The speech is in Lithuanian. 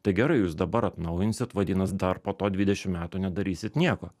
tai gerai jūs dabar atnaujinsit vadinas dar po to dvidešim metų nedarysit nieko